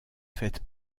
faites